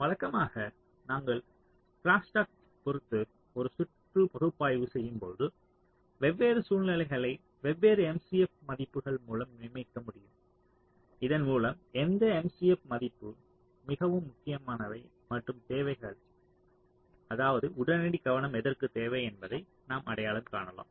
வழக்கமாக நாங்கள் க்ரோஸ்டாக்கைப் பொறுத்து ஒரு சுற்று பகுப்பாய்வு செய்யும் போது வெவ்வேறு சூழ்நிலைகளை வெவ்வேறு MCF மதிப்புகள் மூலம் நியமிக்க முடியும் இதன் மூலம் எந்த MCF மதிப்பு மிகவும் முக்கியமானது மற்றும் தேவைகள் அதாவது உடனடி கவனம் எதற்கு தேவை என்பதை நாம் அடையாளம் காணலாம்